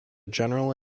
general